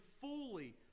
fully